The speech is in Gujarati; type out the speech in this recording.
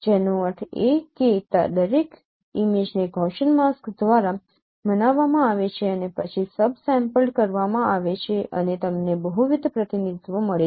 જેનો અર્થ છે કે દરેક ઇમેજને ગૌસીયન માસ્ક દ્વારા મનાવવામાં આવે છે અને પછી સબ સેમ્પલ્ડ કરવામાં આવે છે અને તમને બહુવિધ પ્રતિનિધિત્વ મળે છે